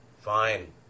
Fine